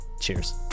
Cheers